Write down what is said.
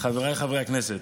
חבריי חברי הכנסת,